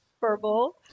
Verbal